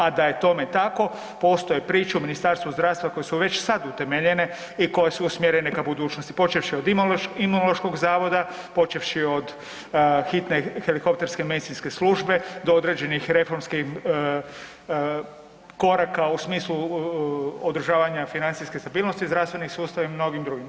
A da je tome tako postoje ... zdravstva koje su već sad utemeljene i koje su usmjerene ka budućnosti, počevši od Imunološkog zavoda, počevši od hitne helikopterske medicinske službe, do određenih reformskih koraka u smislu održavanja financijske stabilnosti zdravstvenih sustava i mnogim drugim.